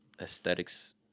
aesthetics